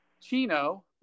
Chino